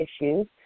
issues